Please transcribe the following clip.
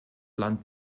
land